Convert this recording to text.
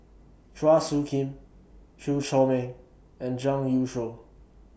Chua Soo Khim Chew Chor Meng and Zhang Youshuo